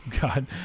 god